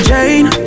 Jane